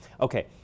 Okay